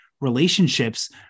relationships